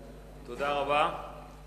תודה רבה.